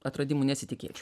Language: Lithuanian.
atradimų nesitikėčiau